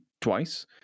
twice